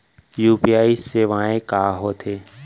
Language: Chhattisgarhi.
यू.पी.आई सेवाएं का होथे